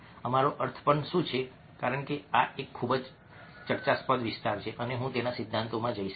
અમારો અર્થ પણ શું છે કારણ કે આ એક ખૂબ જ ચર્ચાસ્પદ વિસ્તાર છે અને હું તેના સિદ્ધાંતોમાં જઈશ નહીં